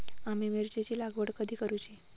आम्ही मिरचेंची लागवड कधी करूची?